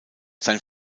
sein